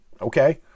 okay